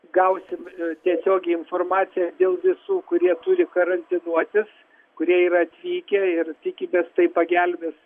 gausim tiesiogiai informaciją dėl visų kurie turi karantinuotis kurie yra atvykę ir tikimės tai pagelbės